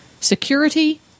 security